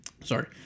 Sorry